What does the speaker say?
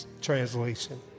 translation